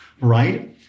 right